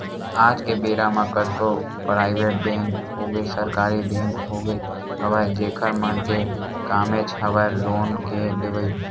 आज के बेरा म कतको पराइवेट बेंक होगे सरकारी बेंक होगे हवय जेखर मन के कामेच हवय लोन के देवई